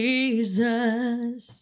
Jesus